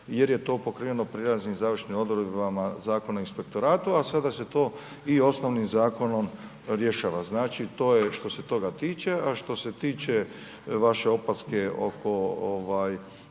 jer je to pokriveno prelaznim i završnim odredbama Zakona o inspektoratu, a sada se to i osnovnim zakonom rješava, znači, to je što se toga tiče. A što se tiče vaše opaske